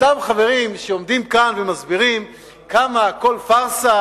אותם חברים שעומדים כאן ומסבירים כמה הכול פארסה,